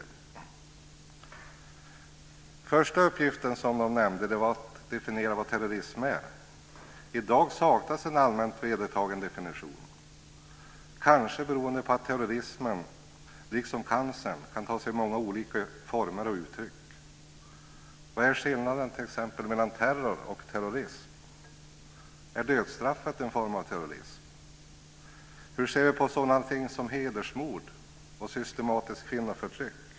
Den första uppgiften som nämndes var att definiera vad terrorism är. I dag saknas en allmänt vedertagen definition - kanske beroende på att terrorismen liksom cancern kan ta sig många olika former och uttryck. Vad är t.ex. skillnaden mellan terror och terrorism? Är dödsstraffet en form av terrorism? Hur ser vi på sådana ting som hedersmord och systematiskt kvinnoförtryck?